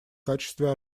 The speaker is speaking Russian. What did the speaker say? качестве